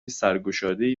سرگشادهای